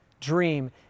dream